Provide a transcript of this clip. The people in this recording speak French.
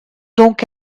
donc